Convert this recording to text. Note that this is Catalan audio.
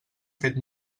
fet